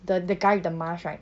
the the guy the mask right